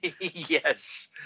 Yes